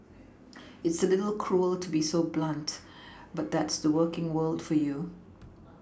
it's a little cruel to be so blunt but that's the working world for you